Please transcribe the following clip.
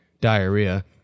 diarrhea